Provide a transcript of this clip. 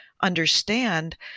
understand